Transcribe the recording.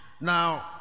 Now